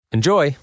Enjoy